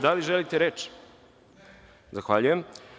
Da li želite reč? (Ne) Zahvaljujem.